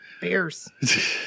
Bears